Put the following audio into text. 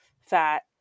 fat